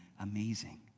amazing